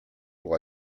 pour